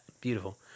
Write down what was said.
beautiful